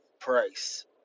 price